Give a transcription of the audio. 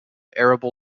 arable